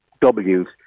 W's